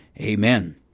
amen